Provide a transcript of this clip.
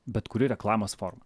bet kuri reklamos forma